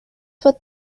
put